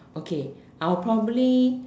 okay I'll probably